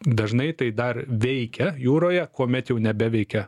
dažnai tai dar veikia jūroje kuomet jau nebeveikia